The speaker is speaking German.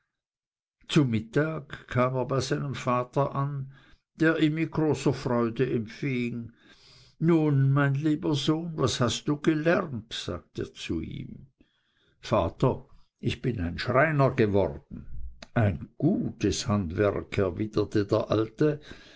zu mittag kam er bei seinem vater an der ihn mit großer freude empfing nun mein lieber sohn was hast du gelernt sagte er zu ihm vater ich bin ein schreiner geworden ein gutes handwerk erwiderte der alte